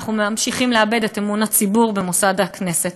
אנחנו ממשיכים לאבד את אמון הציבור במוסד הכנסת.